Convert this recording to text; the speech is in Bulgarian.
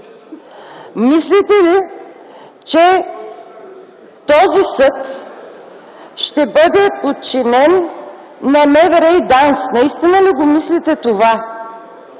Мислите ли, че този съд ще бъде подчинен на МВР и ДАНС? Наистина ли го мислите това,